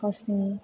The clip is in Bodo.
गावसोरनि